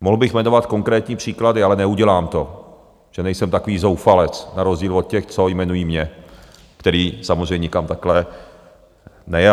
Mohl bych jmenovat konkrétní příklady, ale neudělám to, protože nejsem takový zoufalec, na rozdíl od těch, co jmenují mě, který samozřejmě nikam takhle nejel.